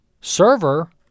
server